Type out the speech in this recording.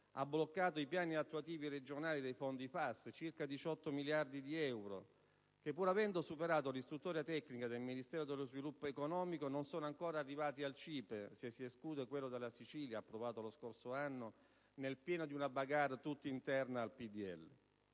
bloccato i piani attuativi regionali dei fondi FAS, circa 18 miliardi di euro, che, pur avendo superato l'istruttoria tecnica del Ministero dello sviluppo economico, non sono ancora arrivati al CIPE, se si esclude quello della Sicilia, approvato lo scorso anno, nel pieno di una *bagarre* tutta interna al PdL.